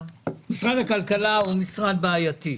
משרד הכלכלה הוא משרד בעייתי,